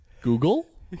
Google